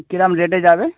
কীরম রেটে যাবে